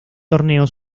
torneo